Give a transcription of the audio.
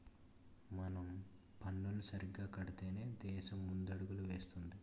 మనం పన్నులు సరిగ్గా కడితేనే దేశం ముందడుగులు వేస్తుంది